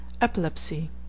Epilepsy